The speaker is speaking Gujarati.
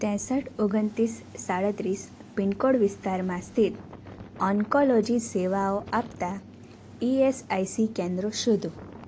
ત્રેંસઠ ઓગણત્રીસ સાડત્રીસ પિનકોડ વિસ્તારમાં સ્થિત ઓન્કોલોજી સેવાઓ આપતાં ઇએસઆઇસી કેન્દ્રો શોધો